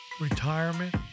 retirement